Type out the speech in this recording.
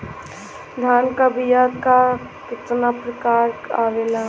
धान क बीया क कितना प्रकार आवेला?